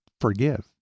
forgive